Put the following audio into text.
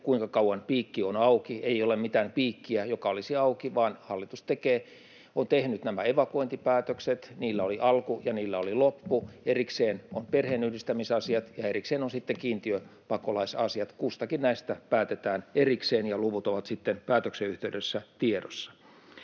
kuinka kauan piikki on auki: Ei ole mitään piikkiä, joka olisi auki, vaan hallitus tekee, on tehnyt nämä evakuointipäätökset. Niillä oli alku ja niillä oli loppu. Erikseen ovat perheenyhdistämisasiat ja erikseen ovat sitten kiintiöpakolaisasiat. Kustakin näistä päätetään erikseen, ja luvut ovat sitten päätöksen yhteydessä tiedossa.